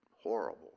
horrible